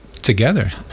together